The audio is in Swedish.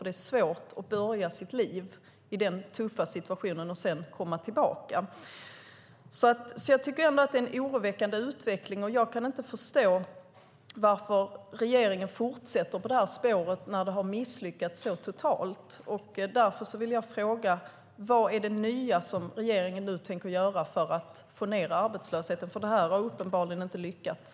Det är svårt att börja sitt liv i den tuffa situationen och att sedan komma tillbaka. Jag tycker att utvecklingen är oroväckande. Jag kan inte förstå varför regeringen fortsätter på det här spåret när det misslyckats så totalt. Därför vill jag fråga: Vad är det nya som regeringen nu tänker göra för att få ned arbetslösheten? Här har man uppenbarligen inte lyckats.